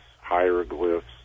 hieroglyphs